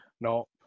No